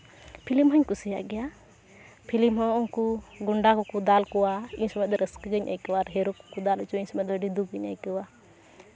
film ᱦᱚᱸᱧ ᱠᱩᱥᱤᱭᱟᱜ ᱜᱮᱭᱟ ᱯᱷᱤᱞᱤᱢ ᱦᱚᱸ ᱩᱱᱠᱩ ᱜᱩᱱᱰᱟᱹ ᱠᱚᱠᱚ ᱫᱟᱞ ᱠᱚᱣᱟ ᱩᱱ ᱥᱚᱢᱚᱭ ᱫᱚ ᱨᱟᱹᱥᱠᱟᱹ ᱜᱤᱧ ᱟᱹᱭᱠᱟᱹᱣᱟ ᱟᱨ ᱦᱤᱨᱳ ᱠᱚᱠᱚ ᱫᱟᱞ ᱦᱚᱪᱚᱜ ᱩᱱ ᱥᱚᱢᱚᱭ ᱫᱚ ᱟᱹᱰᱤ ᱫᱩᱠᱤᱧ ᱟᱹᱭᱠᱟᱹᱣᱟ